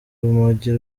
rumogi